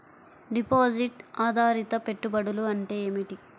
Deposit ఆధారిత పెట్టుబడులు అంటే ఏమిటి?